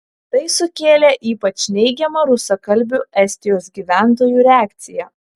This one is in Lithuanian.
tai sukėlė ypač neigiamą rusakalbių estijos gyventojų reakciją